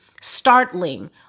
startling